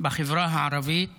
בחברה הערבית